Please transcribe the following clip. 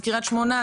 זה קריית שמונה,